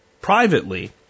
privately